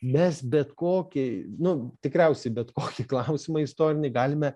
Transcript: mes bet kokį nu tikriausiai bet kokį klausimą istorinį galime